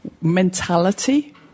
mentality